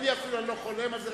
אני אפילו לא חולם על זה.